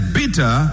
bitter